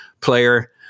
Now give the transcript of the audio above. player